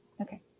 Okay